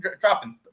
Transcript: dropping